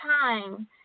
time